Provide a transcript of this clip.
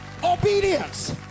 obedience